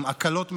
עם הקלות מסוימות,